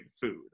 food